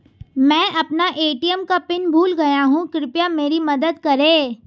मैं अपना ए.टी.एम का पिन भूल गया हूं, कृपया मेरी मदद करें